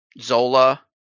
Zola